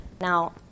Now